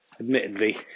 Admittedly